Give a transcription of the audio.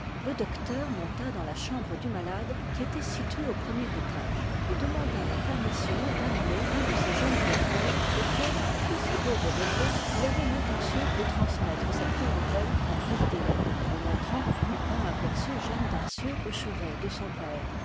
le docteur monta dans la chambre du malade qui était située au premier étage et demanda la permission d'amener un de ses jeunes confrères auquel désireux de repos il avait l'intention de transmettre sa clientèle à bref délai en entrant lupin aperçut jeanne darcieux au chevet de son père